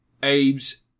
Abe's